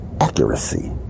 accuracy